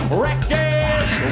wreckage